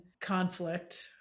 conflict